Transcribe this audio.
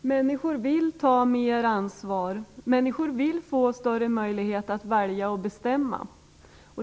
Människor vill ta mer ansvar. Människor vill få större möjlighet att välja och bestämma.